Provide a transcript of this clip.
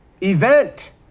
event